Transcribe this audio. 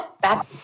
Back